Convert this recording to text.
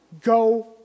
Go